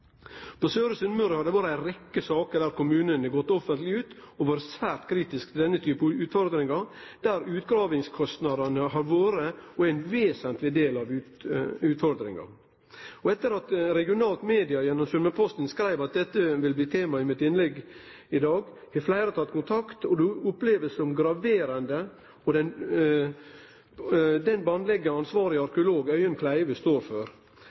På Søre Sunnmøre har det vore ei rekkje saker der kommunar har gått ut offentleg og vore svært kritiske til den typen utfordringar der utgravingskostnadene har vore og er ein vesentleg del. Etter at eit regionalt medium, Sunnmørsposten, skreiv at dette ville bli tema i innlegget mitt i dag, har fleire teke kontakt. Ein opplever den bandlegginga som ansvarleg arkeolog Øyunn Kleiva står for, som graverande.